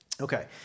Okay